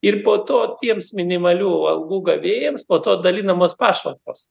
ir po to tiems minimalių algų gavėjams po to dalinamos pašalpos